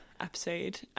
episode